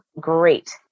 great